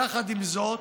יחד עם זאת,